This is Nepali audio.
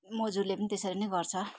मुजुरले पनि त्यसरी नै गर्छ